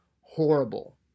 horrible